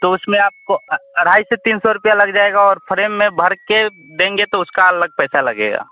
तो उसमें आपको अढाई से तीन सौ रुपया लग जाएगा और फ्रेम में भरकर देंगे तो उसका अलग पैसा लगेगा